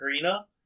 Karina